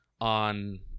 on